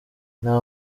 nta